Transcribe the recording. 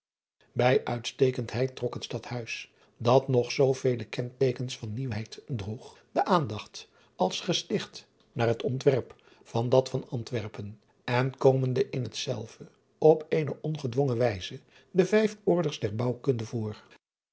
ij uitstekendeheid trok het tadhuis dat nog zoovele driaan oosjes zn et leven van illegonda uisman kenteekens van nieuwheid droeg de aandacht als gesticht naar het ontwerp van dat van ntwerpen en komende in hetzelve op eene ongedwongen wijze de vijf orders der ouwkunde voor